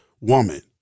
woman